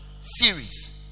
series